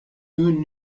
nun